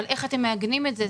אבל איך אתם מעגנים את זה?